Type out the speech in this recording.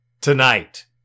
tonight